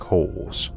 Holes